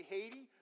Haiti